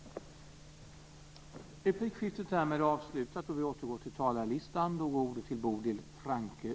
Det borde Folkpartiet också välkomna.